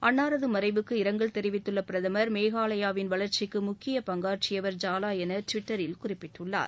அன்னாரது மறைவுக்கு இரங்கல் தெரிவித்துள்ள பிரதமர் மேகாலயாவின் வளர்ச்சிக்கு முக்கிய பங்காற்றியவர் ஜாலா என ட்விட்டரில் குறிப்பிட்டுள்ளார்